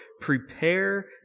prepare